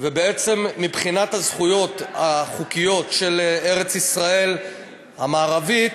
ובעצם מבחינת הזכויות החוקיות של ארץ-ישראל המערבית,